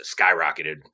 skyrocketed